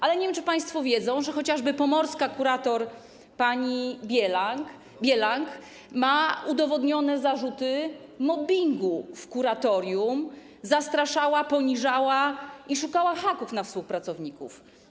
Ale nie wiem, czy państwo wiedzą, że chociażby pomorska kurator pani Bielang ma udowodnione zarzuty mobbingu w kuratorium - zastraszała, poniżała i szukała haków na współpracowników.